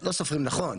לא סופרים נכון,